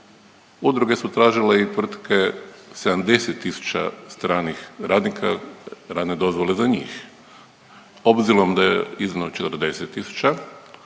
Udruge su tražile i tvrtke 70 tisuća stranih radnika, radne dozvole za njih. Obzirom da je …/Govornik